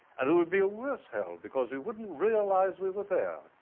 and it would be a worse hell because we wouldn't realise we were there.